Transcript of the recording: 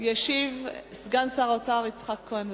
ישיב סגן שר האוצר יצחק כהן.